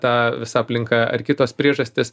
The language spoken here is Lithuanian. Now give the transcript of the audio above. ta visą aplinka ar kitos priežastys